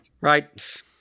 Right